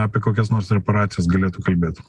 apie kokias nors reperacijas galėtų kalbėt